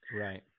right